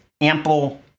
ample